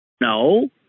No